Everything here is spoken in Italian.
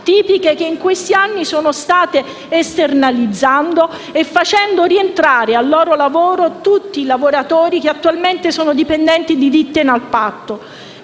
che in questi anni sono state esternalizzate, facendo rientrare al lavoro i lavoratori che attualmente sono dipendenti di ditte in appalto.